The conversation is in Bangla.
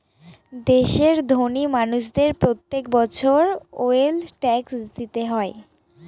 দেশের ধোনি মানুষদের প্রত্যেক বছর ওয়েলথ ট্যাক্স দিতে হয়